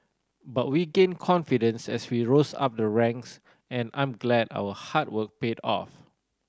but we gained confidence as we rose up the ranks and I'm glad our hard work paid off